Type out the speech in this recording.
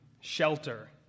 shelter